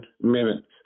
minutes